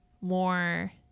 more